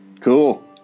Cool